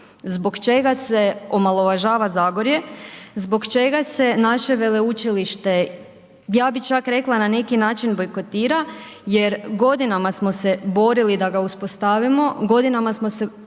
zbog čega se omalovažava Zagorje, zbog čega se naše veleučilište, ja bi čak rekla na neki način bojkotira jer godinama smo se borili da ga uspostavimo, godinama smo se